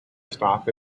stop